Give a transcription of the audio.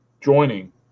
joining